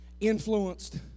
influenced